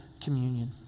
communion